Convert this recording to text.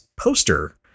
Poster